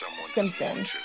Simpson